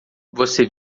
você